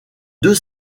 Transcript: deux